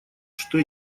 что